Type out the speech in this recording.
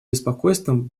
беспокойством